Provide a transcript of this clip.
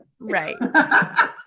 Right